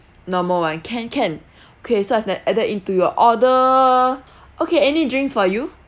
normal one can can okay so I've added into your order okay any drinks for you